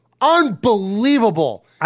Unbelievable